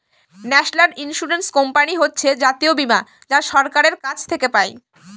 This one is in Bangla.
ন্যাশনাল ইন্সুরেন্স কোম্পানি হচ্ছে জাতীয় বীমা যা সরকারের কাছ থেকে পাই